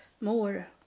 more